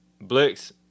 Blix